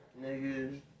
nigga